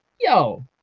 Yo